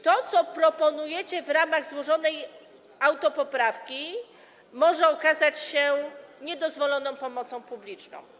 To, co proponujecie w ramach złożonej autopoprawki, może okazać się niedozwoloną pomocą publiczną.